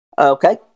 Okay